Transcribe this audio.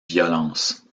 violence